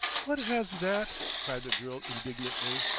what has that? cried the girl indignantly.